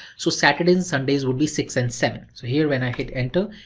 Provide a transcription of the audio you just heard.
so saturdays and sundays will be six and seven. so here, when i hit enter,